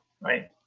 right